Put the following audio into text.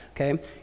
okay